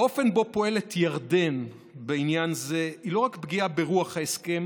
האופן שבו פועלת ירדן בעניין זה הוא לא רק פגיעה ברוח ההסכם,